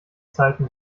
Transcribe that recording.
zeiten